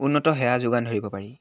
উন্নত সেৱা যোগান ধৰিব পাৰি